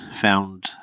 found